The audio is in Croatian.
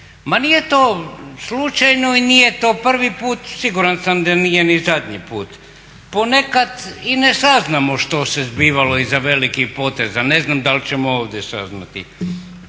Ma nije to slučajno i nije to prvi put, siguran sam da nije ni zadnji put. Ponekad i ne saznamo što se zbivalo iza velikih poteza, ne znam dali ćemo ovdje saznati.